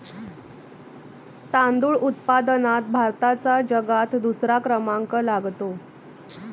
तांदूळ उत्पादनात भारताचा जगात दुसरा क्रमांक लागतो